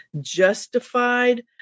justified